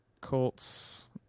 colts